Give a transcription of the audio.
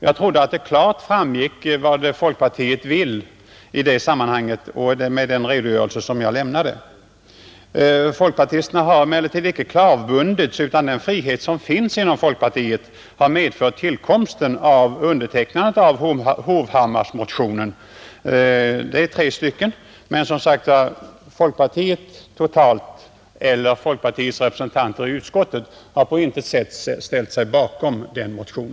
Jag trodde att det klart framgick vad folkpartiet vill i detta sammanhang med den redogörelse som jag lämnade, Folkpartisterna har emellertid icke klav bundits, utan den frihet som finns inom folkpartiet har medfört att tre folkpartister undertecknat Hovhammarmotionen, men som sagt, folkpartiet totalt eller folkpartiets representanter i utskottet har på intet sätt ställt sig bakom denna motion.